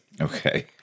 Okay